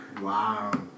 Wow